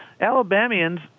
Alabamians